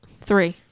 Three